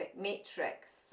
matrix